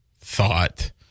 thought